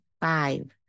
five